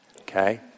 okay